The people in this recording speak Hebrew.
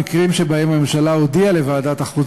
במקרים שבהם הממשלה הודיעה לוועדת החוץ